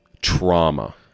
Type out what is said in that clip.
trauma